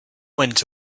went